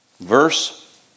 verse